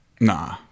Nah